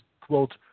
quote